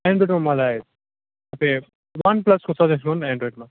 एन्ड्रोइडमा मलाई तपाईँ वान प्लसको सजेस्ट गर्नु न एन्ड्रोइडमा